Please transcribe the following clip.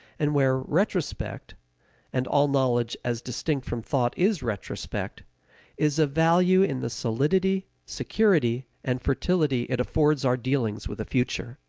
and where retrospect and all knowledge as distinct from thought is retrospect is of value in the solidity, security, and fertility it affords our dealings with the future.